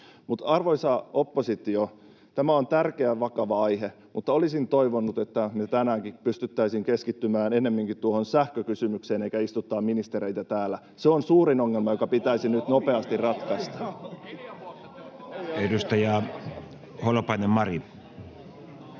Arvoisa oppositio, tämä on tärkeä ja vakava aihe, mutta olisin toivonut, että me tänäänkin pystyttäisiin keskittymään ennemminkin tuohon sähkökysymykseen eikä istutettaisi ministereitä täällä. Se on suurin ongelma, joka pitäisi nyt nopeasti ratkaista. [Perussuomalaisten